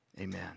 Amen